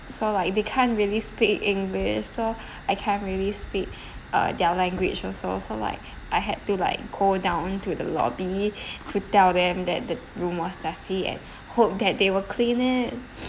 so like they can't really speak english so I can't really speak err their language also so like I had to like go down to the lobby to tell them that the room was dusty and hope that they will clean it